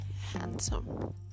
handsome